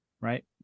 Right